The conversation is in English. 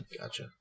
Gotcha